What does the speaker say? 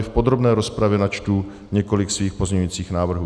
V podrobné rozpravě načtu několik svých pozměňovacích návrhů.